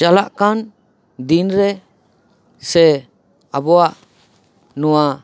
ᱪᱟᱞᱟᱜ ᱠᱟᱱ ᱫᱤᱱ ᱨᱮ ᱥᱮ ᱟᱵᱚᱣᱟᱜ ᱱᱚᱣᱟ